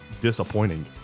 disappointing